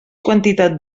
quantitat